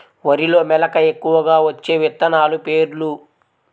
వరిలో మెలక ఎక్కువగా వచ్చే విత్తనాలు పేర్లు?